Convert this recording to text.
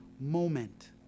moment